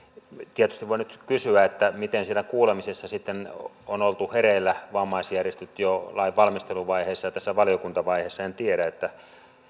tietysti voi nyt kysyä miten siellä kuulemisessa sitten on oltu hereillä vammaisjärjestöt jo lainvalmisteluvaiheessa ja tässä valiokuntavaiheessa en tiedä